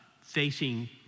facing